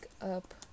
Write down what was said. up